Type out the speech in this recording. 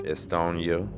Estonia